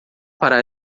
para